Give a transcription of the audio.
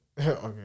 Okay